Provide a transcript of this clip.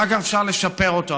אחר כך אפשר לשפר אותו,